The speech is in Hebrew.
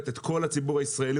וחובתו של עובד ציבור לשמוע בקשב רב,